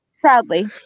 proudly